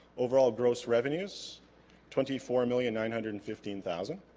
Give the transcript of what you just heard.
overall gross revenues twenty four million nine hundred and fifteen thousand